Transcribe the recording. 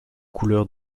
couleurs